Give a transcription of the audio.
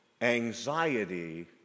Anxiety